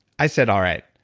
i said, all right,